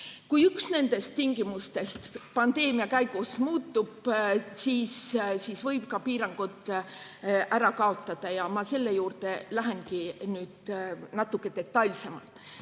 Kui üks nendest tingimustest pandeemia käigus muutub, siis võib ka piirangud ära kaotada ja ma selle juurde lähengi nüüd natuke detailsemalt.